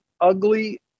ugly